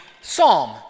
psalm